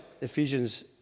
Ephesians